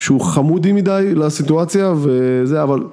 שהוא חמודי מדי לסיטואציה וזה אבל